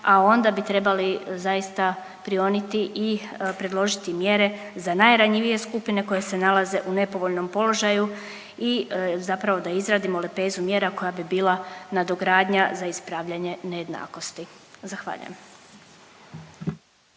a onda bi trebali zaista prionuti i predložiti mjere za najranjivije skupine koje se nalaze u nepovoljnom položaju i zapravo da izradimo lepezu mjera koja bi bila nadogradnja za ispravljanje nejednakosti. Zahvaljujem.